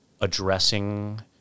Addressing